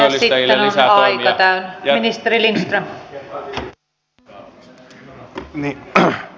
puhemies keskeytti puheenvuoron puheajan ylityttyä